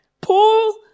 Paul